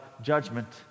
judgment